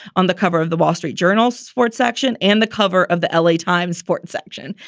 on the cover of the wall street journal sports section and the cover of the l a. times sports section.